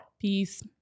Peace